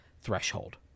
threshold